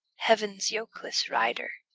heaven's yokeless rider.